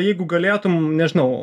jeigu galėtum nežinau